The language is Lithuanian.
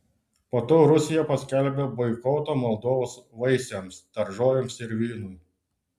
po to rusija paskelbė boikotą moldovos vaisiams daržovėms ir vynui